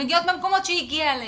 הן מגיעות מהמקומות שהיא הגיעה אליהם,